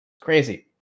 Crazy